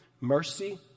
mercy